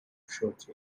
shortly